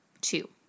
two